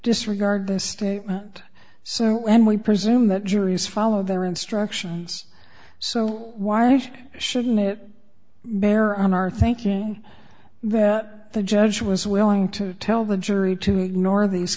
disregard this statement so when we presume that juries follow their instructions so why shouldn't it bear on our thinking that the judge was willing to tell the jury to ignore these